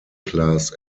class